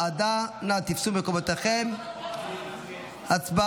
והוועדה הפכה להיות ועדה מאד מאוד פעילה -- מאוד פעילה